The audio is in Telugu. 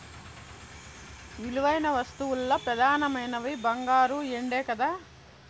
విలువైన వస్తువుల్ల పెదానమైనవి బంగారు, ఎండే కదా